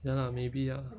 ya lah maybe ah